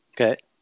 Okay